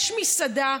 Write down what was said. יש מסעדה,